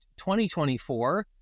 2024